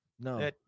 No